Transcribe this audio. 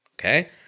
Okay